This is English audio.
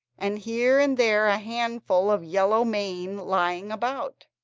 and here and there a handful of yellow mane lying about,